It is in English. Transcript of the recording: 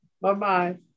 Bye-bye